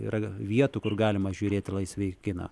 yra vietų kur galima žiūrėti laisvai į kiną